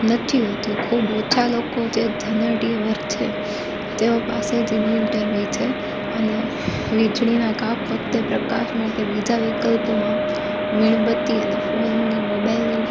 નથી હોતું ખૂબ ઓછા લોકો જે ધનાઢ્ય વર્ગ છે તેઓ પાસે જ ઇન્વેન્ટર હોય છે અને વીજળીના કાપ વખતે પ્રકાશ માટે બીજા વિકલ્પોમાં મીણબત્તી અને ફોનની મોબાઈલની